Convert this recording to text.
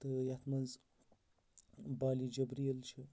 تہٕ یَتھ منٛز بالِ جبریل چھِ